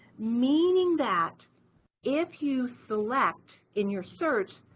meaning that if you select in your search,